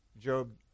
Job